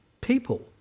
people